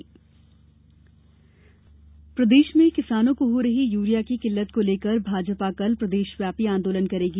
भाजपा आंदोलन प्रदेश में किसानों को हो रही यूरिया की किल्लत को लेकर भाजपा कल प्रदेश व्यापी आंदोलन करेगी